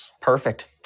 Perfect